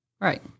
Right